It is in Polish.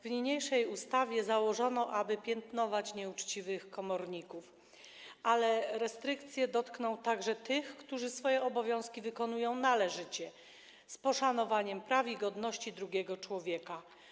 W niniejszej ustawie założono piętnowanie nieuczciwych komorników, ale restrykcje dotkną także tych, którzy swoje obowiązki wykonują należycie, z poszanowaniem praw i godności drugiego człowieka.